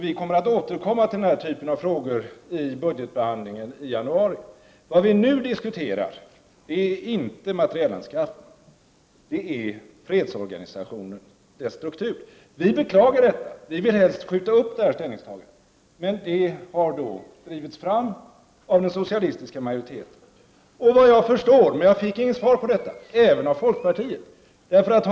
Vi kommer att återkomma till denna typ av frågor vid budgetbehandlingen i januari. Vad vi nu diskuterar är inte materielanskaffning utan fredsorganisationen och dess struktur. Vi beklagar detta. Vi vill helst skjuta upp detta ställningstagande. Men det har drivits fram av den socialistiska majoriteten och av, såvitt jag förstår — men jag fick inget svar på detta — även av folkpartiet.